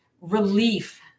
relief